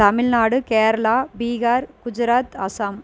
Tamil Nadu Kerala Bihar Gujarat Assam